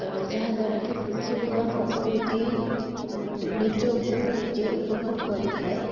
ଯାହାଦ୍ୱାରା କି ପୃଥିବୀ ବା ପ୍ରକୃତି ନିଜକୁ ନିଜେ ଉପଭୋଗ କରିଥାଏ